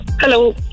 Hello